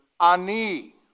Ani